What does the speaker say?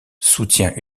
soutient